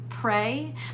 pray